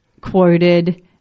quoted